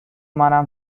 منم